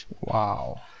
Wow